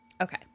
Okay